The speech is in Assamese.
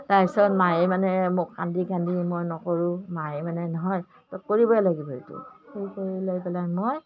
তাৰ পিছত মায়ে মানে মোক কান্দি কান্দি মই নকৰোঁ মায়ে মানে নহয় তই কৰিবই লাগিব এইটো সেই কৰি পেলাই মই